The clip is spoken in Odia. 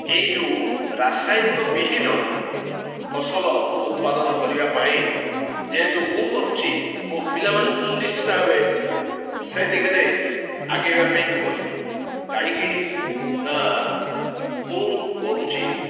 ଏଇ ଯେଉଁ ରାସାୟନିକ ବିହୀନ ଫସଲ ମୁଁ ଉତ୍ପାଦନ କରିବା ପାଇଁ ଯେହେତୁ ମୁଁ କରୁଛି ମୋ ପିଲାମାନଙ୍କୁ ମୁଁ ନିଶ୍ଚିତ ଭାବେ ସେ ଦିଗରେ ଆଗେଇବା ପାଇଁ କହିବି କାହିଁକି ନା ମୁଁ କରୁଛି